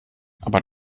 aber